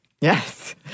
Yes